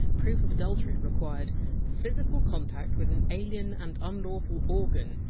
proof of adultery required physical contact with an alien and unlawful organ,